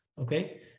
okay